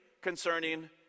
concerning